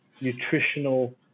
nutritional